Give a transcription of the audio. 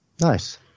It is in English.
Nice